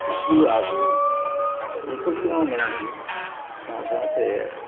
ᱤᱥᱠᱩᱞᱚᱜᱼᱟ ᱠᱩ ᱱᱩᱠᱩ ᱞᱟᱹᱜᱤᱫ ᱢᱟ ᱢᱮᱱᱟᱜ ᱜᱮ ᱥᱟᱶ ᱥᱟᱶᱛᱮ